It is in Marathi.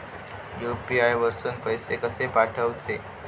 यू.पी.आय वरसून पैसे कसे पाठवचे?